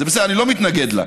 אני לא מתנגד לה.